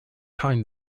time